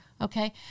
Okay